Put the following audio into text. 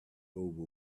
over